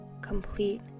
complete